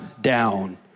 down